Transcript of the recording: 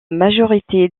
majorité